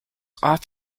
off